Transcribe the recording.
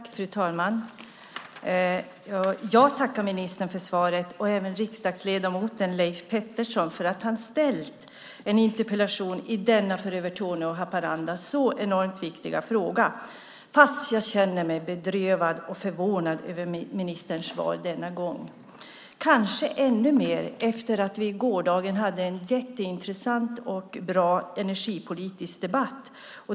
Fru talman! Jag tackar ministern för svaret och även riksdagsledamoten Leif Pettersson för att han har ställt en interpellation i denna för Övertorneå och Haparanda enormt viktiga fråga. Fast jag känner mig denna gång bedrövad och förvånad över ministerns svar, kanske ännu mer eftersom vi i går hade en jätteintressant och bra energipolitisk debatt.